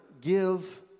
give